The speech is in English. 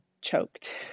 choked